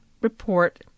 report